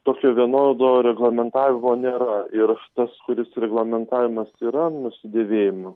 tokio vienodo reglamentavimo nėra ir tas kuris reglamentavimas yra nusidėvėjimo